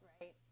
right